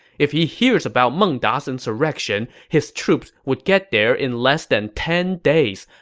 if he hears about meng da's insurrection, his troops would get there in less than ten days,